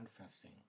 fasting